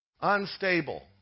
Unstable